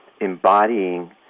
embodying